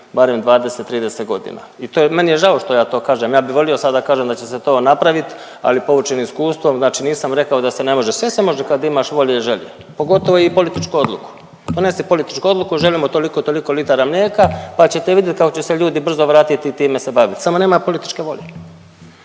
barem 20, 30 godina. I meni je žao što ja to kažem, ja bih volio sad da kažem da će se to napraviti, ali poučen iskustvom, znači nisam rekao da se ne može, sve se može kad imaš volje i želje pogotovo i političku odluku. Donese političku odluku želimo toliko i toliko litara mlijeka, pa ćete vidjeti kako će se ljudi brzo vratiti i time se baviti samo nema političke volje.